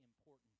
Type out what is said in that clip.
important